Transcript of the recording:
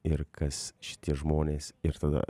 ir kas šitie žmonės ir tada